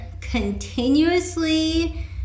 continuously